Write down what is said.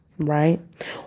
Right